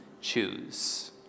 choose